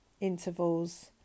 intervals